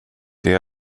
det